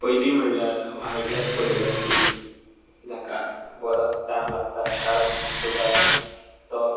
पयलीं म्हणल्यार wildlife photography जाका बरो टायम लागता कारण तुका तो